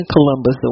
Columbus